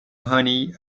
honey